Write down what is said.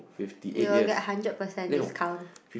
you will get hundred percent discount